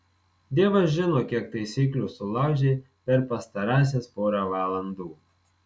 dievas žino kiek taisyklių sulaužei per pastarąsias porą valandų